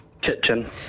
Kitchen